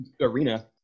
arena